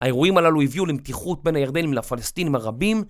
האירועים הללו הביאו למתיחות בין הירדנים לפלסטינים הרבים